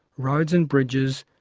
roads and bridges,